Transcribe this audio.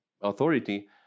authority